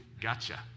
gotcha